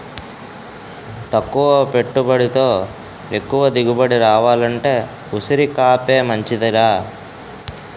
తక్కువ పెట్టుబడితో ఎక్కువ దిగుబడి రావాలంటే ఉసిరికాపే మంచిదిరా